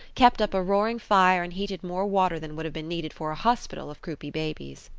kept up a roaring fire and heated more water than would have been needed for a hospital of croupy babies.